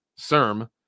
cerm